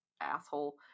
asshole